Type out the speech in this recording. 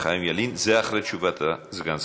וחיים ילין, זה אחרי תשובת סגן השר.